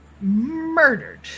murdered